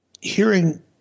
hearing